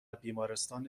بیمارستان